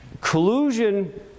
Collusion